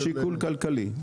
שיקול כלכלי.